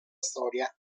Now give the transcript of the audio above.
storia